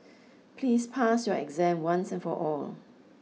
please pass your exam once and for all